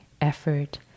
effort